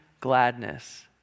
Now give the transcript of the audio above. gladness